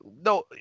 no